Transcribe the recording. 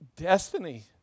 destiny